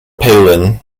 palin